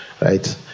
Right